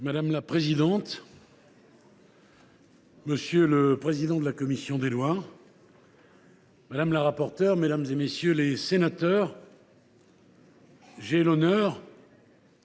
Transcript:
Madame la présidente, monsieur le président de la commission des lois, madame la rapporteure, mesdames, messieurs les sénateurs, j’ai l’honneur,